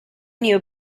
new